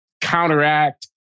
counteract